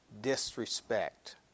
disrespect